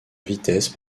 vitesse